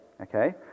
Okay